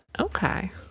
Okay